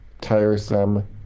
tiresome